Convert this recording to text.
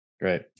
Great